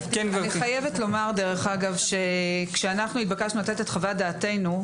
אני חייבת לומר שכאשר אנחנו נתבקשנו לתת את חוות דעתנו,